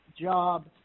job